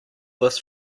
this